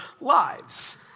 lives